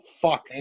Fuck